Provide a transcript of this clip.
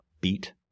beat